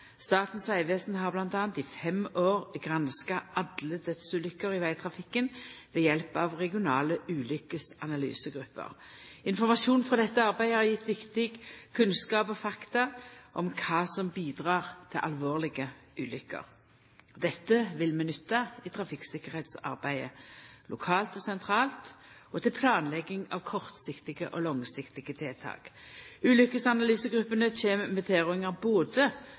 Statens vegvesen har m.a. i fem år granska alle dødsulukker i vegtrafikken ved hjelp av regionale ulukkesanalysegrupper. Informasjonen frå dette arbeidet har gjeve viktig kunnskap og fakta om kva som bidreg til alvorlege ulukker. Dette vil vi nytta i trafikktryggleiksarbeidet lokalt og sentralt og til planlegging av kortsiktige og langsiktige tiltak. Ulukkesanalysegruppene kjem med tilrådingar både